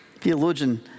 Theologian